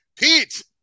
Pete